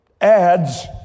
Ads